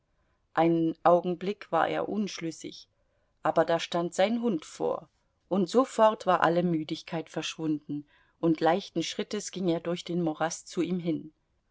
einen augenblick war er unschlüssig aber da stand sein hund vor und sofort war alle müdigkeit verschwunden und leichten schrittes ging er durch den morast zu ihm hin